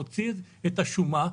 מוציא את השומה,